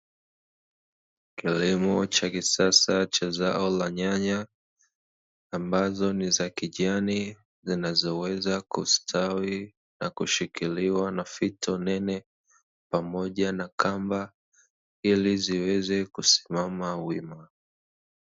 Kilimo cha kisasa cha zao la nyanya ambazo ni za kijani zinazoweza kustawi na kushikiliwa na fito nene pamoja na kamba ili ziweze kusimama wima.